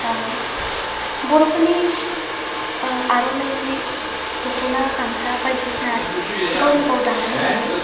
बा बर'फोरनि आर'नाइ जि दख'ना गामसा बायदिसिना गावनो गाव दानानै लायो